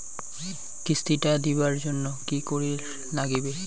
কিস্তি টা দিবার জন্যে কি করির লাগিবে?